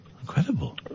Incredible